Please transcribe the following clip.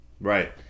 Right